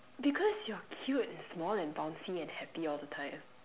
because you're cute and small and bouncy and happy all the time